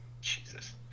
Jesus